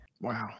Wow